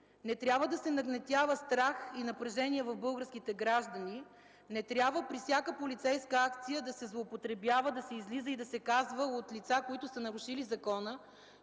Не трябва да се нагнетява страх и напрежение в българските граждани. Не трябва при всяка полицейска акция да се злоупотребява, да се излиза и да се казва от лица, нарушили закона,